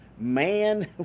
Man